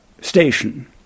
station